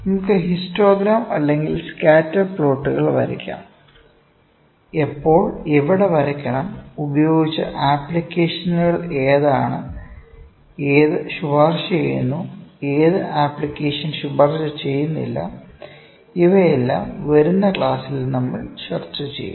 നമുക്ക് ഹിസ്റ്റോഗ്രാം അല്ലെങ്കിൽ സ്കാറ്റർ പ്ലോട്ടുകൾ വരയ്ക്കാം എപ്പോൾ എവിടെ വരയ്ക്കണം ഉപയോഗിച്ച ആപ്ലിക്കേഷനുകൾ ഏതാണ് ഏത് ശുപാർശ ചെയ്യുന്നു ഏത് ആപ്ലിക്കേഷൻ ശുപാർശ ചെയ്യുന്നില്ല ഇവയെല്ലാം വരുന്ന ക്ലാസിൽ നമ്മൾചർച്ച ചെയ്യും